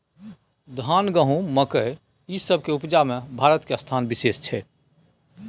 धान, गहूम, मकइ, ई सब के उपजा में भारत के स्थान विशेष छै